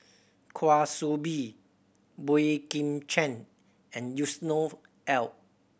Kwa Soon Bee Boey Kim Cheng and Yusnor Ef